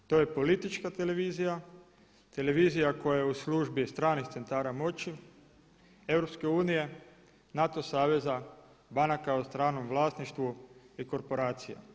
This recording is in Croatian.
To je politička televizija, televizija koja je u službi stranih centara moći, EU, NATO saveza, banaka u stranom vlasništvu i korporacija.